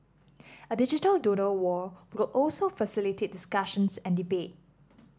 a digital doodle wall also facilitate discussions and debate